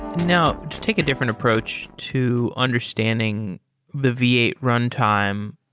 now, to take a different approach to understanding the v eight runtime,